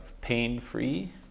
pain-free